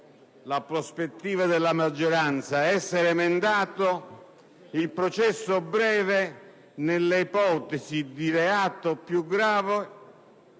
la prospettiva della maggioranza, il processo breve, nelle ipotesi di reato più grave,